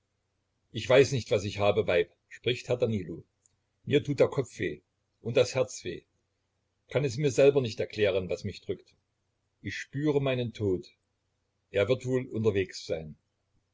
ich weiß nicht was ich habe weib spricht herr danilo mir tut der kopf weh und das herz weh kann es dir selber nicht erklären was mich drückt ich spüre meinen tod er wird wohl unterwegs sein